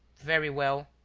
very well.